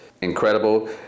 incredible